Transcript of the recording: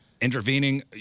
Intervening